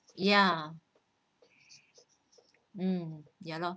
ya um ya lor